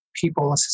people